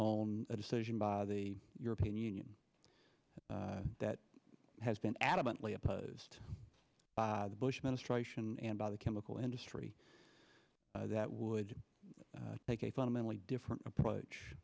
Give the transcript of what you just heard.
own decision by the european union that has been adamantly opposed by the bush administration and by the chemical industry that would make a fundamentally different approach